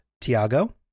Tiago